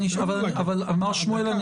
מר שמואלי,